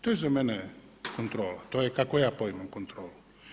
To je za mene kontrola, to je kako ja poimam kontrolu.